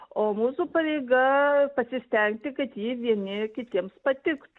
o mūsų pareiga pasistengti kad jie vieni kitiems patiktų